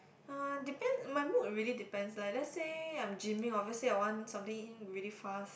uh depends my mood really depends lah let say I am gymming obviously I want something really fast